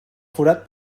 forat